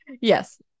yes